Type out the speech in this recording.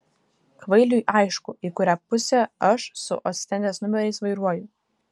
kvailiui aišku į kurią pusę aš su ostendės numeriais vairuoju